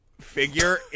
figure